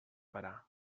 parar